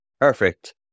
perfect